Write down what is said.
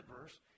verse